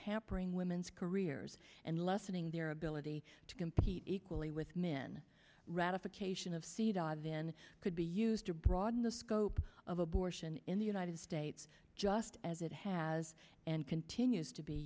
hampering women's careers and lessening their ability to compete equally with men ratification of cedaw than could be used to broaden the scope of abortion in the united states just as it has and continues to be